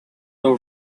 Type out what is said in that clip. over